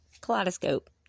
kaleidoscope